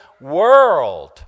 world